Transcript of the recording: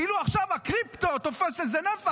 כאילו עכשיו הקריפטו תופס איזה נפח.